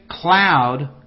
cloud